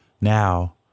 now